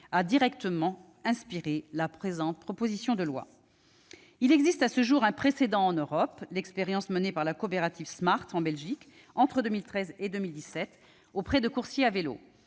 a directement inspiré la présente proposition de loi. Il existe à ce jour un précédent en Europe : l'expérience menée par la coopérative Smart, en Belgique, entre 2013 et 2017, auprès de coursiers à vélo.